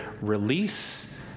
release